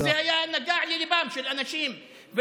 כי זה נגע לליבם של אנשים.